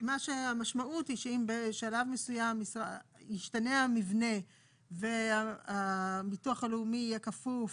מה שהמשמעות היא שאם בשלב מסוים ישתנה המבנה והביטוח הלאומי יהיה כפוף